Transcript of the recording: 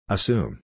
Assume